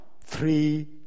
three